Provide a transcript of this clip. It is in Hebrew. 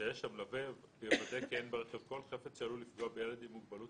המלווה יוודא כי אין ברכב כל חפץ שעלול לפגוע בילד עם מוגבלות